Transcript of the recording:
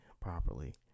properly